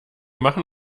machen